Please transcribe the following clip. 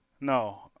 No